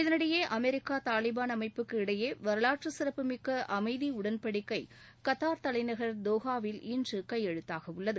இதனிடையே அமெரிக்கா தாலிபான் அமைப்புக்கு இடையே வரலாற்று சிறப்புமிக்க அமைதி உடன்படிக்கை கத்தா் தலைநகர் தோஹாவில் இன்று கையெழுத்தாக உள்ளது